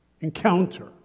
encounter